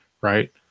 right